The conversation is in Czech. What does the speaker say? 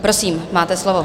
Prosím, máte slovo.